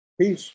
Peace